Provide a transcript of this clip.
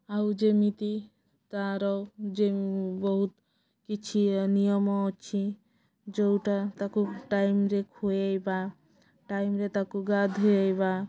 ଆଉ ଯେମିତି ତାର ଯେ ବହୁତ କିଛି ନିୟମ ଅଛି ଯେଉଁଟା ତାକୁ ଟାଇମ୍ରେ ଖୁଆଇବା ଟାଇମ୍ରେ ତାକୁ ଗାଧୋଇବା